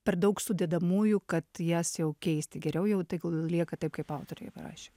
per daug sudedamųjų kad jas jau keisti geriau jau taigul lieka taip kaip autoriai parašė